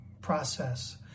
process